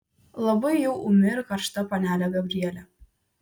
labai jau ūmi ir karšta panelė gabrielė